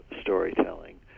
storytelling